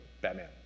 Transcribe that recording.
Batman